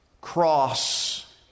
cross